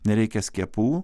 nereikia skiepų